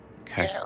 Okay